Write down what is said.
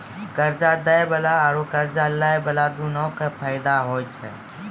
कर्जा दै बाला आरू कर्जा लै बाला दुनू के फायदा होय छै